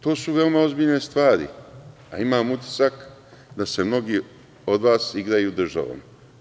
To su veoma ozbiljne stvari, a imam utisak da se mnogi od vas igraju državom.